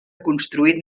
construït